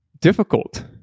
difficult